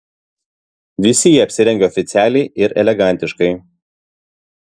visi jie apsirengę oficialiai ir elegantiškai